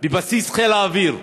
בבסיס חיל האוויר,